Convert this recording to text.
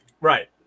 right